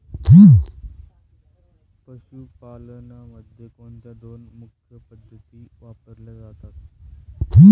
पशुपालनामध्ये कोणत्या दोन मुख्य पद्धती वापरल्या जातात?